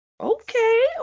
Okay